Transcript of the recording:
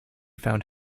found